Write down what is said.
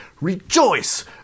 Rejoice